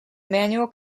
manual